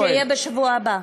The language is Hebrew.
אבל שיהיה בשבוע הבא,